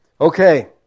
Okay